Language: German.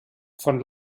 von